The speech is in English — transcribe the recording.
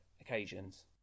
occasions